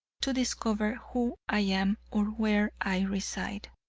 to discover who i am, or where i reside.